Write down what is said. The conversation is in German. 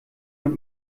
man